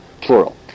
plural